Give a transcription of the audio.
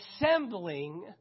Assembling